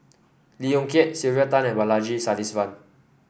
Lee Yong Kiat Sylvia Tan and Balaji Sadasivan